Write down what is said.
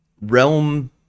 realm